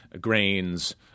grains